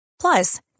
Plus